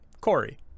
corey